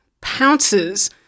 pounces